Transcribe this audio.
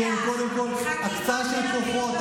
שהם קודם כול הקצאה של כוחות,